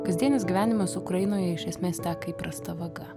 kasdienis gyvenimas ukrainoje iš esmės teka įprasta vaga